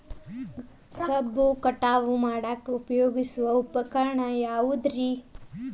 ಕಬ್ಬು ಕಟಾವು ಮಾಡಾಕ ಉಪಯೋಗಿಸುವ ಉಪಕರಣ ಯಾವುದರೇ?